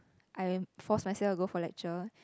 I'm force myself to go for lecture